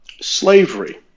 slavery